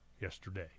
yesterday